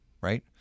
right